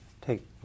take